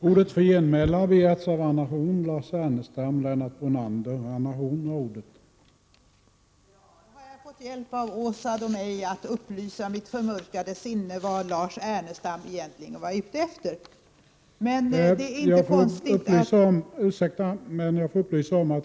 Herr talman! Nu har jag fått hjälp av Åsa Domeij med att upplysa mitt förmörkade sinne om vad Lars Ernestam egentligen var ute efter. Men det är inte konstigt att...